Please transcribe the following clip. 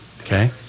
Okay